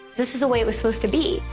this is the way it was supposed to be.